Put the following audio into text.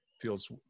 feels